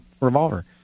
Revolver